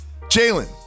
Jalen